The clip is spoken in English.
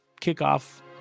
kickoff